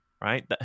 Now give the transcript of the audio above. right